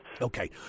Okay